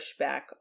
pushback